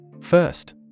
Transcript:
First